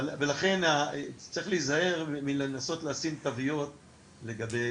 לכן צריך להיזהר מלנסות לשים תוויות לגבי